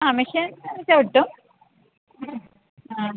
ആ മെഷീൻ ചവിട്ടും ആ